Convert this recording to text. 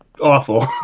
awful